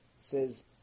says